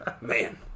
man